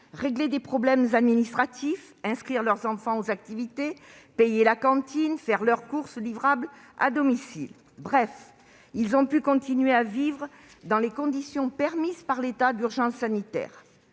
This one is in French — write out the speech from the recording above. régler des problèmes administratifs, inscrire leurs enfants aux activités, payer la cantine, faire leurs courses livrables à domicile ... Bref, ils ont pu continuer de vivre dans les conditions permises par l'État d'urgence sanitaire.